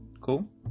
Cool